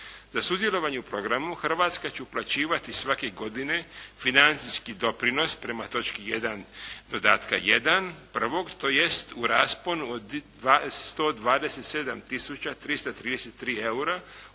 Za sudjelovanje u programu Hrvatska će uplaćivati svake godine financijski doprinos prema točki 1. dodatka 1., prvog tj. u rasponu od 127 tisuća